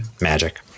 Magic